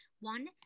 One